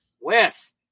West